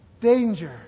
danger